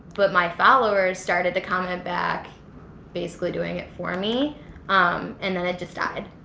but my followers started to comment back basically doing it for me um and then it just died.